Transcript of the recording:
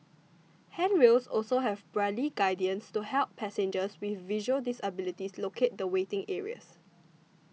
handrails also have Braille guidance to help passengers with visual disabilities locate the waiting areas